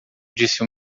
disse